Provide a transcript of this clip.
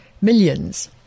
millions